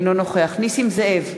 אינו נוכח נסים זאב,